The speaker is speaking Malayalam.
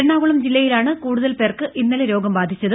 എറണാകുളം ജില്ലയിലാണ് കൂടുതൽ പേർക്ക് ഇന്നലെ രോഗം ബാധിച്ചത്